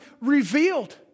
revealed